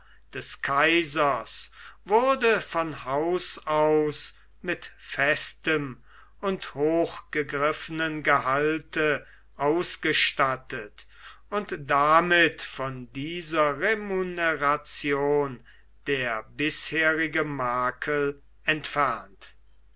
des kaisers wurde von haus aus mit festem und hoch gegriffenen gehalte ausgestattet und damit von dieser remuneration der bisherige makel entfernt